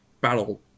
battle